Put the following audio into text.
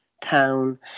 town